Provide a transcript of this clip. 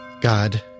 God